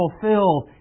fulfill